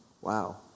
Wow